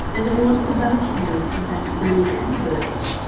and i want the bank-notes in that blue envelope.